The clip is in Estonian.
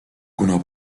kuna